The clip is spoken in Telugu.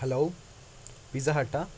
hello pizza హట్టా